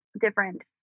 different